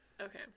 Okay